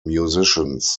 musicians